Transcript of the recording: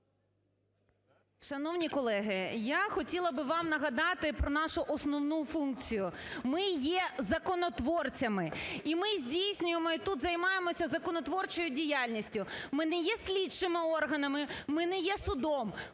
Шановні колеги! Я хотіла би вам нагадати про нашу основну функцію, ми є законотворцями і ми здійснюємо і тут займається законотворчою діяльністю, ми не є слідчими органами, ми не є судом,